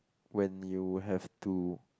when you have to